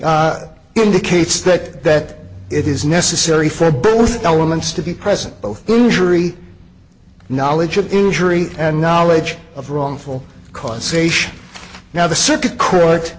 indicates that it is necessary for both elements to be present both usury knowledge of injury and knowledge of wrongful causation now the circuit court